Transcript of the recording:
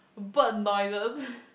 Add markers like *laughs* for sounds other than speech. bird noises *laughs*